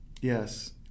Yes